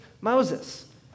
Moses